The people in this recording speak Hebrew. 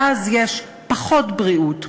ואז יש פחות בריאות,